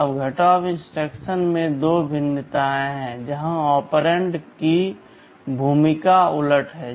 अब घटाव इंस्ट्रक्शन के दो भिन्नताएं हैं जहां ऑपरेंड की भूमिका उलट है